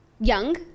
Young